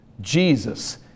Jesus